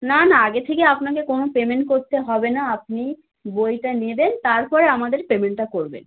না না আগে থেকে আপনাকে কোনো পেমেন্ট করতে হবে না আপনি বইটা নেবেন তার পরে আমাদের পেমেন্টটা করবেন